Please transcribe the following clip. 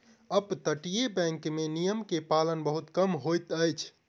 अपतटीय बैंक में नियम के पालन बहुत कम होइत अछि